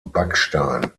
backstein